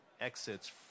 exits